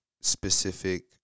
specific